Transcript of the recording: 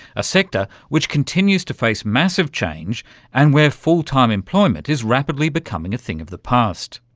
a sector which continues to face massive change and where full-time employment is rapidly becoming a thing of the past.